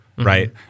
Right